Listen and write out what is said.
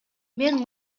мен